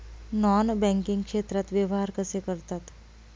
Non banking क्षेत्रात व्यवहार कसे करतात?